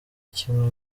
kimwe